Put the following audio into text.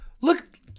Look